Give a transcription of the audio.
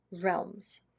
realms